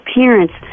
parents